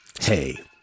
Hey